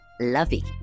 lovey